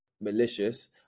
malicious